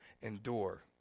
endure